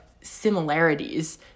similarities